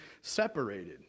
separated